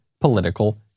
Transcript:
political